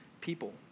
people